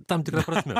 tam tikra prasme